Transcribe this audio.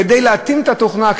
כדי להתאים את התוכנה,